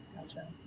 Gotcha